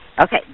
Okay